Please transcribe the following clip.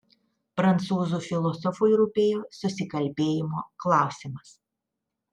prancūzų filosofui rūpėjo susikalbėjimo klausimas